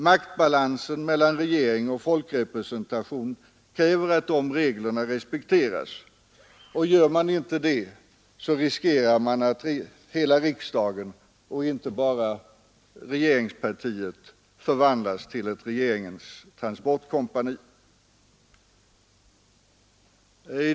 Maktbalansen mellan regering och folkrepresentation kräver att dessa regler respekteras. Gör man inte det, riskerar man att hela riksdagen och inte bara regeringspartiet förvandlas till ett regeringens transportkompani.